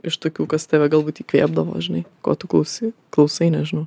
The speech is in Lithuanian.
iš tokių kas tave galbūt įkvėpdavo žinai ko tu klausei klausai nežinau